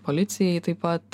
policijai taip pat